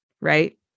right